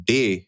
Day